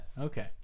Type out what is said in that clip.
Okay